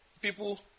people